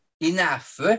Enough